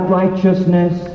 righteousness